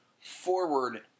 forward